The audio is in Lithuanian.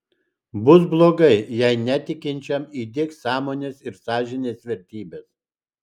bus blogai jei netikinčiam įdiegs sąmonės ir sąžinės vertybes